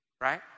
right